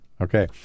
Okay